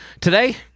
Today